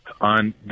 on